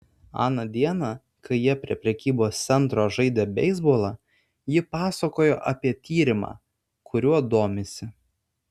aną dieną kai jie prie prekybos centro žaidė beisbolą ji pasakojo apie tyrimą kuriuo domisi